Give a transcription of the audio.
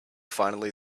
finally